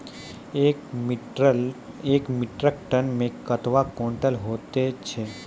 एक metric ton मे कतवा क्वींटल हैत छै?